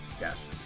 Yes